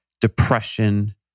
depression